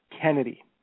Kennedy